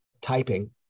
typing